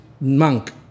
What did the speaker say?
monk